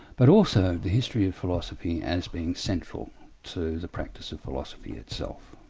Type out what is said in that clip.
but also the history of philosophy as being central to the practice of philosophy itself.